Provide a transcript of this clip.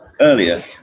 earlier